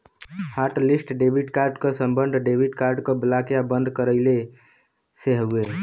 hotlist debit card क सम्बन्ध debit card क ब्लॉक या बंद करवइले से हउवे